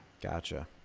Gotcha